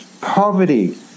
poverty